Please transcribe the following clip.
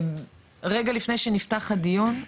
רגע לפני שנפתח הדיון,